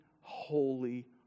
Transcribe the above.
holy